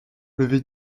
lever